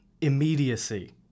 immediacy